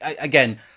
again